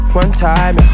one-time